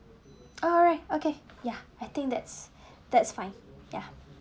alright okay ya I think that's that's fine ya